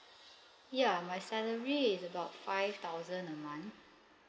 ya my salary is about five thousand a month